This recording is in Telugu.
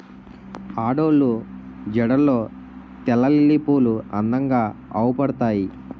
ఆడోళ్ళు జడల్లో తెల్లలిల్లి పువ్వులు అందంగా అవుపడతాయి